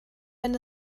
wenn